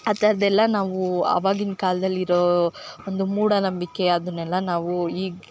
ಆ ಥರದೆಲ್ಲ ನಾವು ಆವಾಗಿನ ಕಾಲ್ದಲ್ಲಿ ಇರೋ ಒಂದು ಮೂಢನಂಬಿಕೆ ಅದನ್ನೆಲ್ಲ ನಾವು ಈಗ